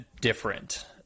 different